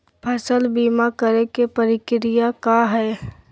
फसल बीमा करे के प्रक्रिया का हई?